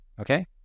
Okay